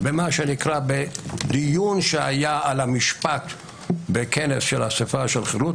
במה שנקרא דיון שהיה על המשפט באסיפה של חירות.